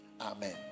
Amen